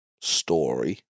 story